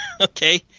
Okay